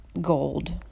gold